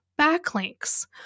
backlinks